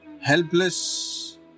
Helpless